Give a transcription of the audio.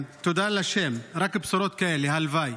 תודה להשם, רק בשורות כאלה, הלוואי.